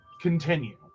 continue